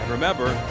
Remember